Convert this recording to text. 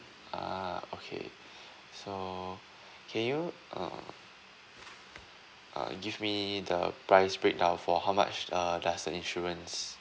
ah okay so can you uh uh give me the price breakdown for how much uh does the insurance